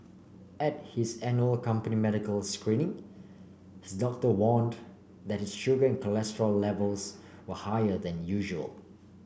at his annual company medical screening his doctor warned that his sugar cholesterol levels were higher than usual